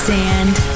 sand